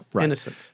Innocent